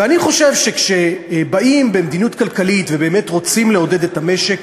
אני חושב שכשבאים במדיניות כלכלית ובאמת רוצים לעודד את המשק,